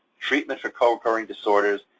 treatment for co-occurring disorders,